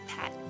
pat